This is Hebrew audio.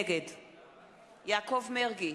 נגד יעקב מרגי,